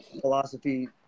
philosophy